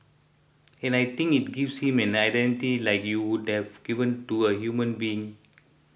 and I think it gives him an identity like you would have given to a human being